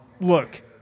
look